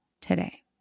today